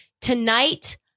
Tonight